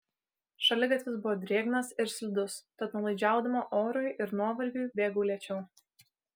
šaligatvis buvo drėgnas ir slidus tad nuolaidžiaudama orui ir nuovargiui bėgau lėčiau